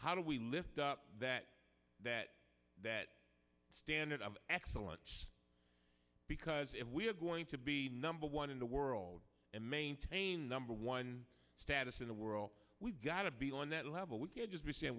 how do we lift up that that that standard of excellence because if we're going to be number one in the world and maintain number one status in the world we've got to be on that level we could just be s